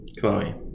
Chloe